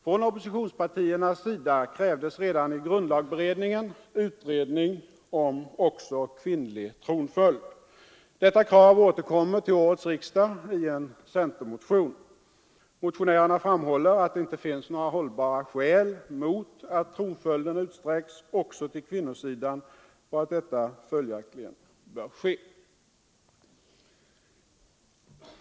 Från oppositionspartiernas sida krävdes redan i grundlagberedningen utredning om också kvinnlig tronföljd. Detta krav återkommer till årets riksdag i en centermotion. Motionärerna framhåller att det inte finns några hållbara skäl mot att tronföljden utsträcks också till kvinnosidan och att detta följaktligen bör ske.